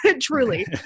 truly